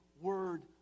word